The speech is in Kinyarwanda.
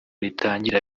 ritangira